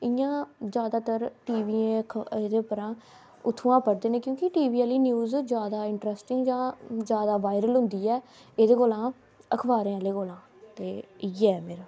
इ'यां जादातर टीवियें एह्दे उप्परा उ'त्थुआं पढ़दे न क्योंकि टी वी आह्ली न्यूज़ जादा इंटरस्टिंग जां जादा वायरल होंदी ऐ एह्दे कोला अखबारें आह्ले कोला इ'यै ऐ बस मेरा